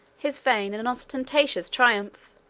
his vain and ostentatious triumph.